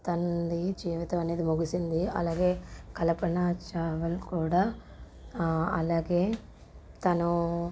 తనది జీవితం అనేది ముగిసింది అలాగే కల్పనా చావ్లా కూడా అలాగే తను